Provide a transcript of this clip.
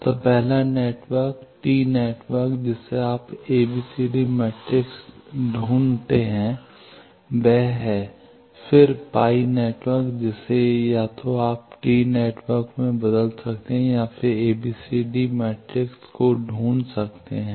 तो पहला network T network जिसे आप एबीसीडी मैट्रिक्स ढूंढ सकते हैं वह है फिर पाई नेटवर्क जिसे या तो आप टी नेटवर्क में बदल सकते हैं और फिर एबीसीडी मैट्रिक्स को ढूंढ सकते हैं